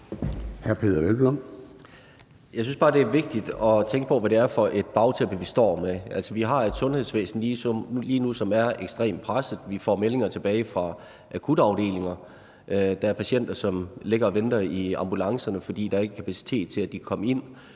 Jeg synes bare, det er vigtigt at tænke på, hvad det er for et bagtæppe, vi står med. Altså, vi har et sundhedsvæsen, som lige nu er ekstremt presset. Vi får meldinger tilbage fra akutafdelinger. Der er patienter, som ligger og venter i ambulancerne, fordi der ikke er kapacitet til, at de kan komme ind.